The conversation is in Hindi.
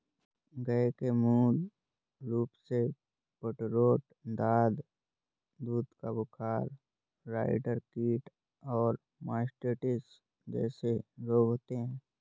गय के मूल रूपसे फूटरोट, दाद, दूध का बुखार, राईडर कीट और मास्टिटिस जेसे रोग होते हें